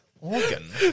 organ